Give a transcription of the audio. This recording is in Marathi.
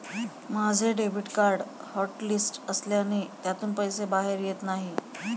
माझे डेबिट कार्ड हॉटलिस्ट असल्याने त्यातून पैसे बाहेर येत नाही